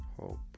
Hope